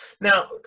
Now